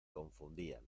confundían